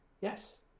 Yes